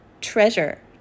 treasure